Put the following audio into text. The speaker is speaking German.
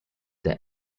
der